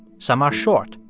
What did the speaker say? some are short.